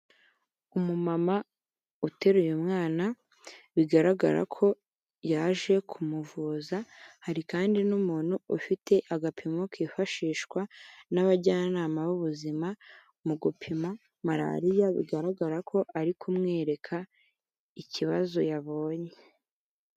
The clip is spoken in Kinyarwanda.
Umumama uteruye umwana, bigaragara ko yaje kumuvuza, hari kandi n'umuntu ufite agapimo kifashishwa n'abajyanama b'ubuzima, mu gupima Malariya bigaragara ko ari kumwereka ikibazo yabonye.